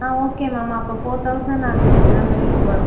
ஆ okay ma'am அப்போ four thousand அந் அந்த ரேட்டுக்கு வரும்